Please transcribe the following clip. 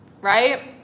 right